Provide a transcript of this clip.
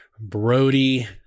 Brody